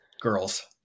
girls